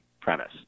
premise